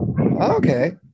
Okay